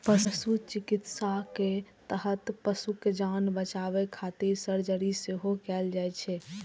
पशु चिकित्साक तहत पशुक जान बचाबै खातिर सर्जरी सेहो कैल जाइ छै